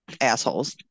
assholes